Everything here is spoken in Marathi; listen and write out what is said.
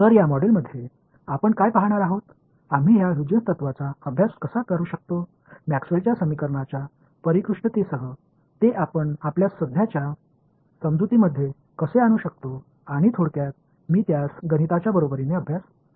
तर या मॉड्यूलमध्ये आपण काय पाहणार आहोत आम्ही या ह्युजेन्स तत्त्वाचा अभ्यास कसा करू शकतो मॅक्सवेलच्या समीकरणांच्या परिष्कृततेसह ते आपण आपल्या सध्याच्या समजुतीमध्ये कसे आणू शकतो आणि थोडक्यात मी त्यास गणिताच्या बरोबरीने अभ्यासू शकतो